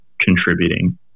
contributing